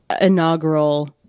inaugural